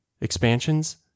expansions